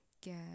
get